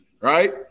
Right